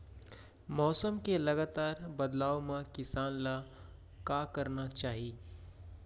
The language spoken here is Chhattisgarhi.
मौसम के लगातार बदलाव मा किसान ला का करना चाही?